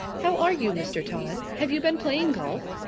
how are you, mr. todd? have you been playing golf?